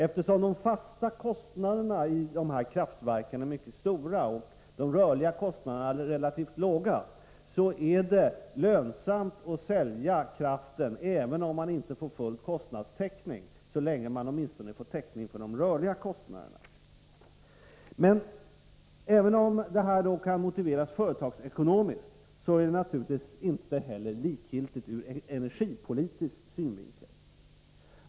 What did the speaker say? Eftersom de fasta kostnaderna i kraftverken är mycket stora och de rörliga kostnaderna relativt låga, är det lönsamt att sälja kraften även om man inte får full kostnadstäckning — så länge man åtminstone får täckning för de rörliga kostnaderna. Även om prissättningen alltså kan motiveras företagsekonomiskt, är det naturligtvis inte likgiltigt ur energipolitisk synvinkel hur den sker.